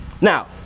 Now